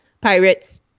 pirates